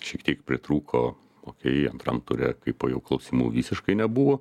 šiek tiek pritrūko okei antram ture kai po jo klausimų visiškai nebuvo